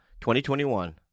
2021